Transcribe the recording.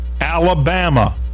Alabama